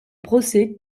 procès